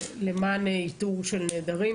למען איתור נעדרים.